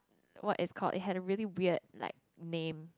what is call it has a really weird like name